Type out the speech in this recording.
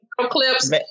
Clips